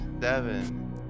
seven